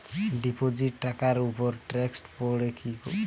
Deposit টাকার উপর tax পড়ে কি?